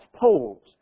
poles